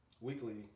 weekly